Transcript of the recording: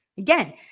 Again